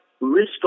risk